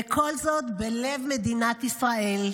וכל זאת בלב מדינת ישראל,